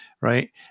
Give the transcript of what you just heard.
right